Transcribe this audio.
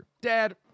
Dad